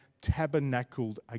tabernacled